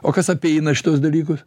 o kas apeina šituos dalykus